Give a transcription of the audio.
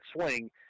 swing